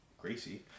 Gracie